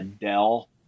Dell